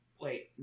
Wait